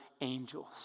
angels